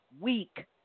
weak